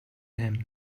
him